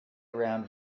around